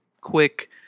quick